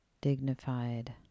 dignified